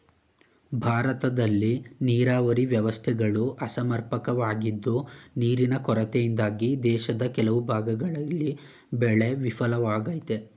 ಭಾರತದಲ್ಲಿ ನೀರಾವರಿ ವ್ಯವಸ್ಥೆಗಳು ಅಸಮರ್ಪಕವಾಗಿದ್ದು ನೀರಿನ ಕೊರತೆಯಿಂದಾಗಿ ದೇಶದ ಕೆಲವು ಭಾಗಗಳಲ್ಲಿ ಬೆಳೆ ವಿಫಲವಾಗಯ್ತೆ